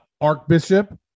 Archbishop